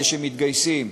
אלה שמתגייסים,